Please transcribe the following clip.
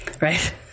right